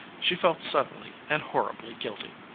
she felt suddenly and horribly guilty.